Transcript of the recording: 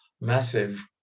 massive